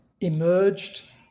emerged